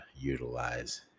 utilize